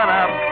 up